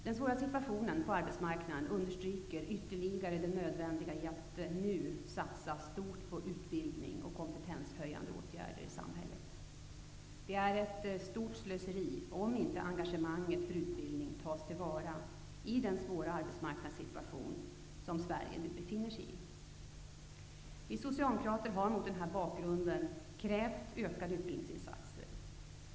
Den svåra situationen på arbetsmarknaden understryker ytterligare det nödvändiga i att nu satsa stort på utbildning och kompetenshöjande åtgärder i samhället. Det är ett stort slöseri om inte engagemanget för utbildning tas till vara i den svåra arbetsmarknadssituation som Sverige nu befinner sig i. Vi socialdemokrater har mot denna bakgrund krävt ökade utbildningsinsatser.